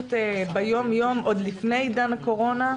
המשמעות ביום יום עוד לפני עידן הקורונה,